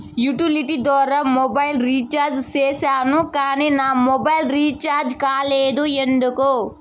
Utility ద్వారా mobile recharge సేసాను కానీ నా మొబైల్ రీచార్జి కాలేదు ఎందుకు?